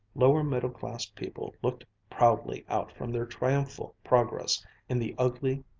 lower middle-class people looked proudly out from their triumphal progress in the ugly,